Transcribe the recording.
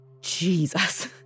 Jesus